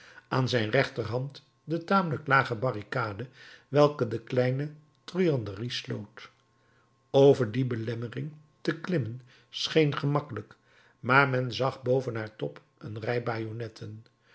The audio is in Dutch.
aan zijn rechterhand de tamelijke lage barricade welke de kleine truanderie sloot over die belemmering te klimmen scheen gemakkelijk maar men zag boven haar top een